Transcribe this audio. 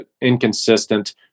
inconsistent